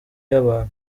y’abantu